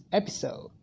episode